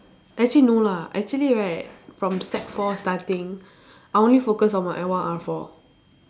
actually no lah actually right from sec four starting I only focus on my L one R four